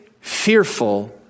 fearful